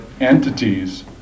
entities